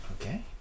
Okay